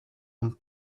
and